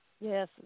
Yes